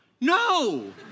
no